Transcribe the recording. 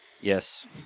Yes